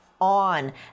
on